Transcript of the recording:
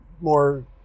more